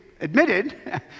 admitted